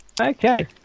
Okay